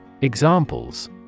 Examples